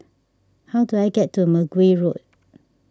how do I get to Mergui Road